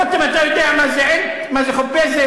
רותם, אתה יודע מה זה עילט, מה זה חוביזה?